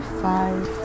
five